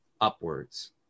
upwards